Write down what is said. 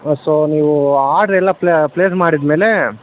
so ನೀವು ಆರ್ಡ್ರೆಲ್ಲ place ಮಾಡಿದಮೇಲೆ